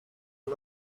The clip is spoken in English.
not